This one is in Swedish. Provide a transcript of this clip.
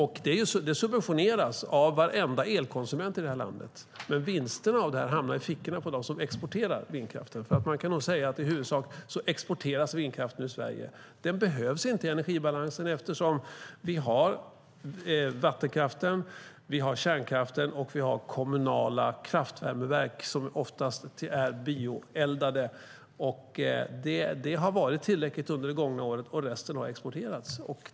Det subventioneras av varenda elkonsument i detta land. Men vinsterna av detta hamnar i fickorna på dem som exporterar vindkraften. Man kan nog säga att vindkraften i Sverige i huvudsak exporteras. Den behövs inte i energibalansen eftersom vi har vattenkraften, kärnkraften och kommunala kraftvärmeverk som oftast är bioeldade. Det har varit tillräckligt under det gångna året. Resten har exporterats.